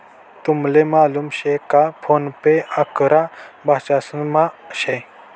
तुमले मालूम शे का फोन पे अकरा भाषांसमा शे